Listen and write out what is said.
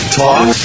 talk